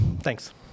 thanks